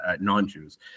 non-Jews